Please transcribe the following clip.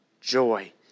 joy